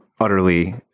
utterly